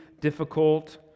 difficult